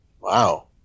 Wow